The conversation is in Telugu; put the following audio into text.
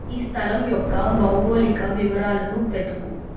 ఈ స్థలం యొక్క భౌగోళిక వివరాలను వెతుకు